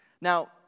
Now